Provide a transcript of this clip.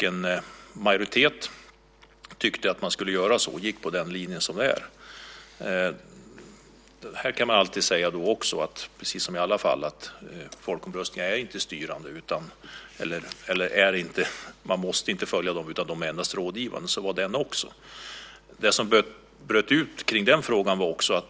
En majoritet anslöt sig till den linjen. Man måste inte följa alla folkomröstningsresultat, utan de är endast rådgivande. Så var det i det här fallet också.